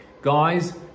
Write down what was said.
Guys